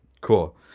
cool